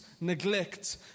neglect